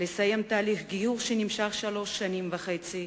לסיים תהליך גיור שנמשך שלוש שנים וחצי,